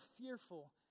fearful